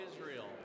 Israel